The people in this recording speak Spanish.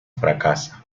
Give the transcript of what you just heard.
fracasa